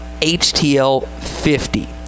HTL50